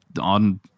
on